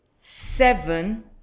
Seven